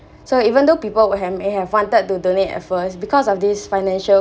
so even though people will have may have wanted to donate at first because of this financial